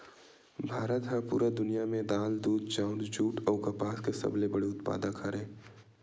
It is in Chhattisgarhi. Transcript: भारत हा पूरा दुनिया में दाल, दूध, चाउर, जुट अउ कपास के सबसे बड़े उत्पादक हरे